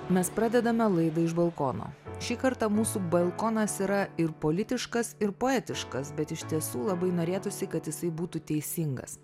mes pradedame laidą iš balkono šį kartą mūsų balkonas yra ir politiškas ir poetiškas bet iš tiesų labai norėtųsi kad jisai būtų teisingas